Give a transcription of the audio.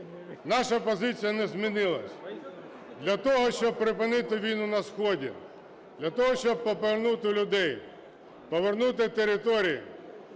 Наша позиція не змінилась: для того, щоб припинити війну на сході, для того, щоб повернути людей, повернути території,